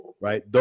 Right